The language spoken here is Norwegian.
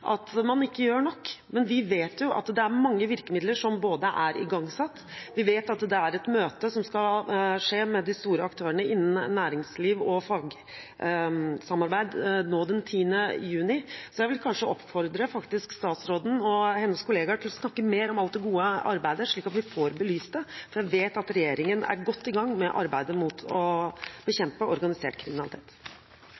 at man ikke gjør nok. Men vi vet at bruken av mange virkemidler er igangsatt, og vi vet at det skal være et møte med de store aktørene innen næringsliv og fagsamarbeid nå den 10. juni. Jeg vil derfor oppfordre statsråden og hennes kolleger til å snakke mer om alt det gode arbeidet, slik at vi får belyst det, for jeg vet at regjeringen er godt i gang med arbeidet med å